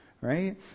right